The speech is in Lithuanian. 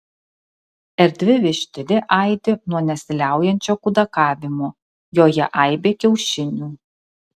erdvi vištidė aidi nuo nesiliaujančio kudakavimo joje aibė kiaušinių